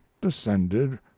descended